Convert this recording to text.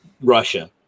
Russia